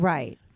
Right